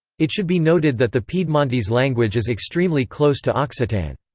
it should be noted that the piedmontese language is extremely close to occitan.